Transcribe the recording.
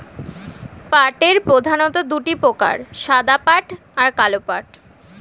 পাটের প্রধানত দুটি প্রকার সাদা পাট আর কালো পাট